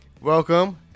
Welcome